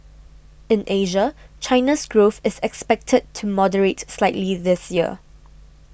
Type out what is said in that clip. in Asia China's growth is expected to moderate slightly this year